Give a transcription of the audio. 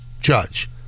Judge